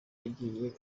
agiye